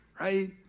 right